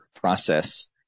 process